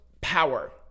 power